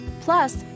Plus